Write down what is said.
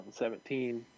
2017